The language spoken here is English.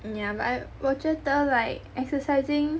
yeah but I 我觉得 like exercising